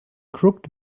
crooked